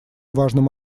важным